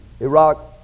Iraq